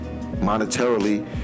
monetarily